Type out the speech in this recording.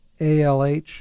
ALH